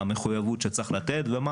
המחויבות שצריך לתת ומה